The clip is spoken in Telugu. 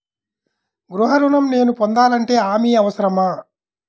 గృహ ఋణం నేను పొందాలంటే హామీ అవసరమా?